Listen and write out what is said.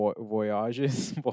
voyages